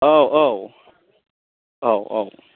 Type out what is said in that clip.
औ औ औ औ